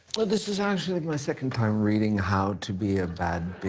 this is actually my second time reading how to be a bad